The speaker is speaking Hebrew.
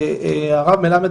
הרב מלמד,